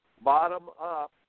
bottom-up